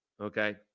okay